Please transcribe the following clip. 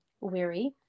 weary